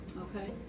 okay